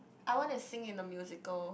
I wanna sing in a musical